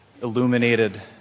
illuminated